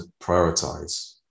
prioritize